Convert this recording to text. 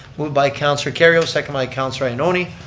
moved by councilor kerrio, seconded by councilor ioannoni.